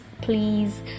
please